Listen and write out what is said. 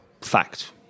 Fact